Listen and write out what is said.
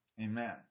Amen